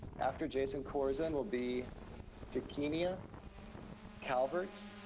after jason corzin will be takinia calvert.